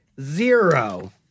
zero